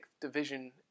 Division